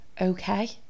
okay